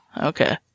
Okay